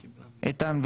איתן,